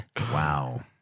Wow